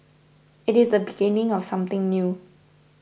it is the beginning of something new